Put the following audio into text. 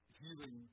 healing